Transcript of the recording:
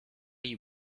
you